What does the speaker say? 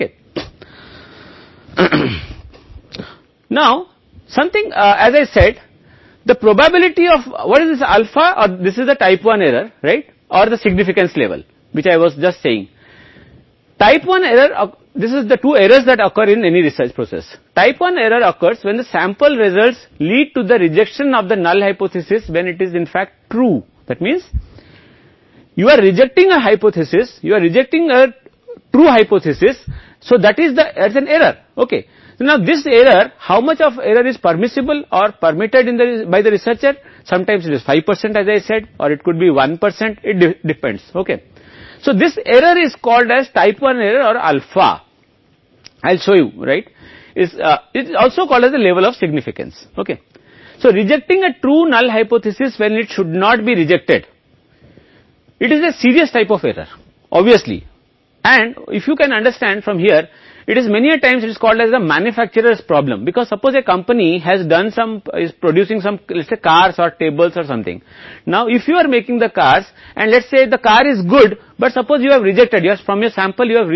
ठीक है मैंने कहा है कि एक समस्या है जब कोई उत्पाद अच्छा नहीं है लेकिन आपने इसे अनुमति दी है मतलब है कि अशक्त परिकल्पना सच नहीं है लेकिन जब आप ऐसा करते हैं तो आपने इसे समस्या स्वीकार कर लिया है जब आप इस तरह की समस्या का सामना करते हैं तो यह वैकल्पिक प्रकार 2 त्रुटि को सही कहता है या a तो टाइप 2 त्रुटि की संभावना को सही द्वारा निरूपित किया जाता है इसलिए यह जो कह रहा है वह मूल रूप से विफल कह रहा है एक झूठे अशक्त परिकल्पना को अस्वीकार करें जिसे वास्तव में खारिज कर दिया जाना चाहिए था इसे अस्वीकार करना लेकिन आपने इसे अस्वीकार नहीं किया ऐसी स्थिति में आप कहेंगे कि यह सही है